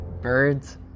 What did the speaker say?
Birds